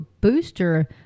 booster